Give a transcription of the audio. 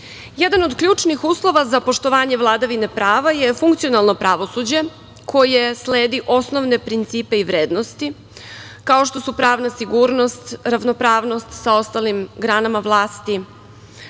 od ključnih uslova za poštovanje vladavine prava je funkcionalno pravosuđe koje sledi osnovne principe i vrednosti, kao što su pravna sigurnost, ravnopravnost sa ostalim granama vlasti